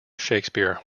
shakespeare